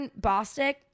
Bostic